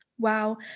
Wow